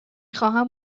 خواهم